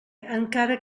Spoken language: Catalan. encara